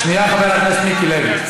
שנייה, חבר הכנסת מיקי לוי.